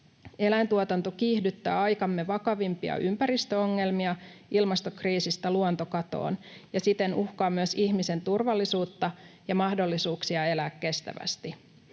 Eläintuotanto kiihdyttää aikamme vakavimpia ympäristöongelmia ilmastokriisistä luontokatoon ja siten uhkaa myös ihmisen turvallisuutta ja mahdollisuuksia elää kestävästi.